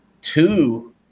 two –